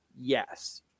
Yes